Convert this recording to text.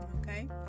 Okay